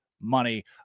money